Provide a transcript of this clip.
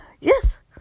yes